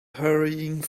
hurrying